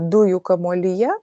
dujų kamuolyje